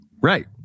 Right